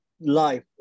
life